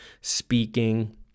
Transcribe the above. speaking